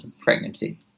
pregnancy